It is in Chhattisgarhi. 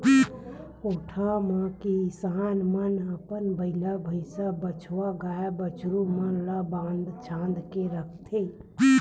कोठा म किसान मन अपन बइला, भइसा, बछवा, गाय, बछरू मन ल बांध छांद के रखथे